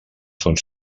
són